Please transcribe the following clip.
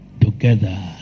together